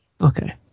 Okay